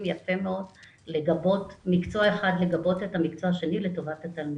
יפה מאוד מקצוע אחד לגבות את המקצוע השני לטובת התלמידים.